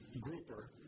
grouper